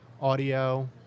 audio